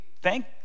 thank